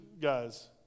guys